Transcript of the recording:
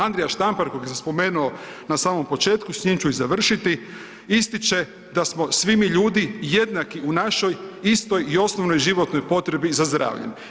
Andrija Štampar kojeg sam spomenuo na samom početku, s njim ću i završiti, ističe da smo svi mi ljudi jednaki u našoj istoj i osnovnoj životnoj potrebi za zdravljem.